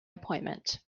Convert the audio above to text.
appointment